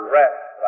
rest